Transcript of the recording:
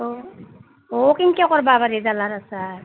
অঁ অ' কিনকে কৰিব পাৰি জলাৰ আচাৰ